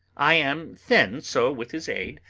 i am thin, so, with his aid,